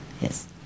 Yes